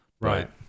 right